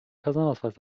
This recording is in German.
personalausweis